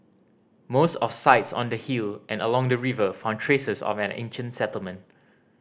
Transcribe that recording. most of sites on the hill and along the river found traces of an ancient settlement